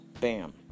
Bam